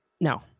No